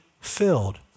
filled